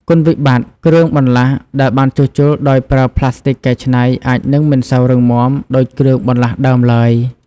គុណវិបត្តិគ្រឿងបន្លាស់ដែលបានជួសជុលដោយប្រើផ្លាស្ទិកកែច្នៃអាចនឹងមិនសូវរឹងមាំដូចគ្រឿងបន្លាស់ដើមឡើយ។